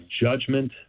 judgment